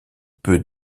peu